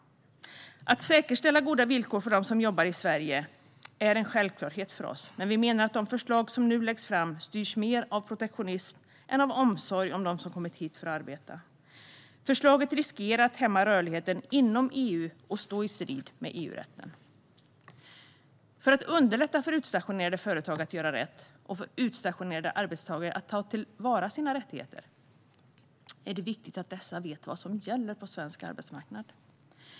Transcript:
Att säkerställa goda villkor för dem som jobbar i Sverige är en självklarhet för oss, men vi menar att de förslag som nu läggs fram styrs mer av protektionism än av omsorg om dem som kommit hit för att arbeta. Förslaget riskerar att hämma rörligheten inom EU och att stå i strid med EU-rätten. För att underlätta för utstationerande företag att göra rätt och för utstationerade arbetstagare att ta till vara sina rättigheter är det viktigt att dessa vet vad som gäller på svensk arbetsmarknad.